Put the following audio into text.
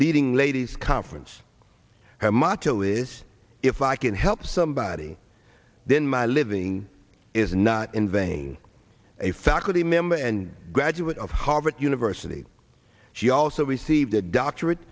leading ladies conference her motto is if i can help somebody then my living is not in vain a faculty member and graduate of harvard university she also received a doctorate